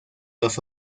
los